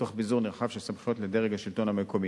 תוך ביזור נרחב של סמכויות לדרג השלטון המקומי.